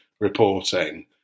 reporting